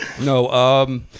No